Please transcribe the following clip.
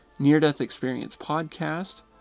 near-death-experience-podcast